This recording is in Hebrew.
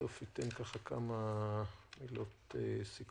בסוף אתן כמה מילות סיכום.